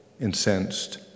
incensed